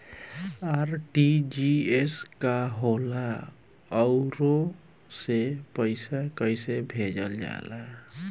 RTGS का होला आउरओ से पईसा कइसे भेजल जला?